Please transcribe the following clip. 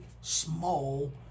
small